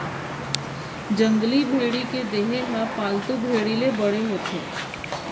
जंगली भेड़ी के देहे ह पालतू भेड़ी ले बड़े होथे